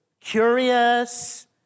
curious